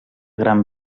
gran